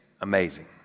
amazing